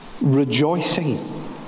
rejoicing